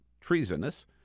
treasonous